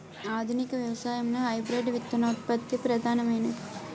ఆధునిక వ్యవసాయంలో హైబ్రిడ్ విత్తనోత్పత్తి ప్రధానమైనది